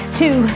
two